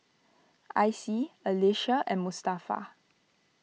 Icie Alysha and Mustafa